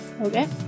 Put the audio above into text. Okay